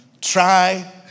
try